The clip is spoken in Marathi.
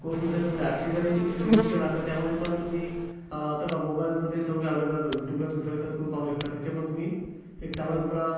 कोर्स नसेल तुम्ही डायरेक्टली तरी युझ केला तर त्यामध्ये पण तुम्ही आता बघा मोबाईलमध्ये समजा अव्हेलेबल आहे बघा यूट्यूबला तुम्ही सर्च करुन पाहू शकता तिथे पण तुम्ही एक चांगला तुम्हाला